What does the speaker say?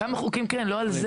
כמה חוקים כן, לא על זה.